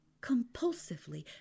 compulsively